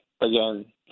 again